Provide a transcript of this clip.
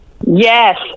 Yes